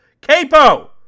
capo